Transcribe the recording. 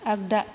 आग्दा